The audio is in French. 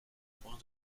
point